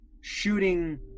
shooting